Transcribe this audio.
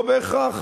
לא בהכרח.